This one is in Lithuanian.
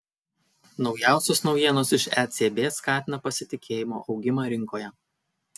naujausios naujienos iš ecb skatina pasitikėjimo augimą rinkoje